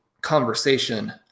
conversation